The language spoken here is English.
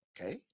Okay